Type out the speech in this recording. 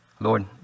Lord